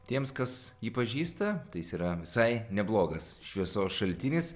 tiems kas jį pažįsta tai jis yra visai neblogas šviesos šaltinis